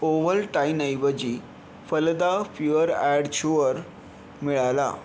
ओव्हलटाइनऐवजी फलदा फ्यूवर ॲड शुअर मिळाला